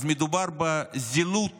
אז מדובר בזילות